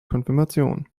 konfirmation